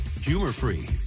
Humor-free